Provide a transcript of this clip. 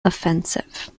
offensive